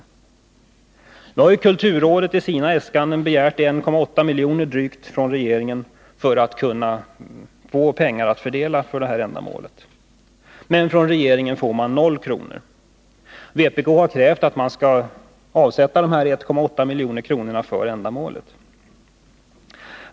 Men nu har kulturrådet i sina äskanden begärt drygt 1,8 milj.kr. från regeringen för att kunna få pengar att fördela för det här ändamålet. Men enligt regeringens förslag får kulturrådet 0 kr. Vpk har krävt att riksdagen skall avsätta de här 1,8 miljonerna för ändamålet.